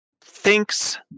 thinks